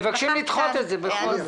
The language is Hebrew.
מבקשים לדחות את זה בכל זאת.